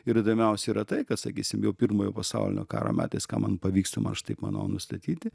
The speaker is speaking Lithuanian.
ir įdomiausia yra tai kad sakysim jau pirmojo pasaulinio karo metais ką man pavyksta aš taip manau nustatyti